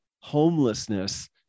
homelessness